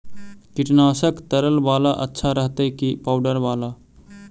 कीटनाशक तरल बाला अच्छा रहतै कि पाउडर बाला?